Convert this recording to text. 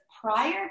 prior